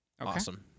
Awesome